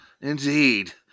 Indeed